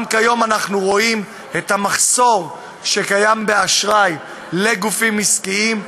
גם כיום אנחנו רואים את המחסור באשראי לגופים עסקיים,